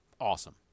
awesome